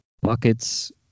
buckets